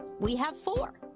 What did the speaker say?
we have four.